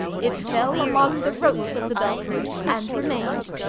it fell among the ropes of the belfry and remained.